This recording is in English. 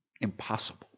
Impossible